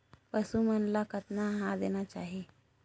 पशु मन ला कतना आहार देना चाही?